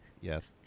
Yes